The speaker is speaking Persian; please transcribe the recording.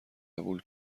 قبول